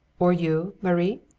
or you, marie?